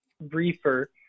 briefer